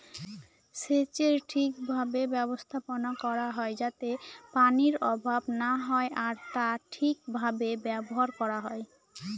সেচের ঠিক ভাবে ব্যবস্থাপনা করা হয় যাতে পানির অভাব না হয় আর তা ঠিক ভাবে ব্যবহার করা হয়